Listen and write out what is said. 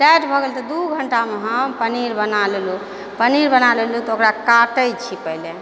tight भऽ गेल तऽ दू घण्टामे हम पनीर बना लेलहुँ पनीर बना लेलहुँ तऽ ओकरा काटै छी पहिले